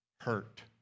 hurt